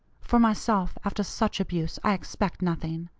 for myself, after such abuse, i expect nothing.